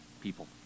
people